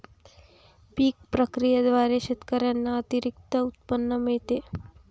पीक प्रक्रियेद्वारे शेतकऱ्यांना अतिरिक्त उत्पन्न मिळते